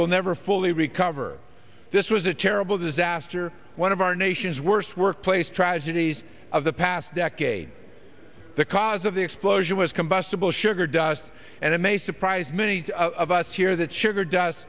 will never fully recover this was a terrible disaster one of our nation's worst workplace tragedies of the past decade the cause of the explosion was combustible sugar dust and it may surprise many of us here that sugar d